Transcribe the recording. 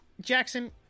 Jackson